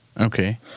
Okay